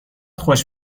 خوش